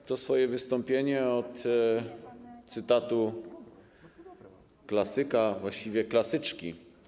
Zacznę swoje wystąpienie od cytatu z klasyka, właściwie klasyczki.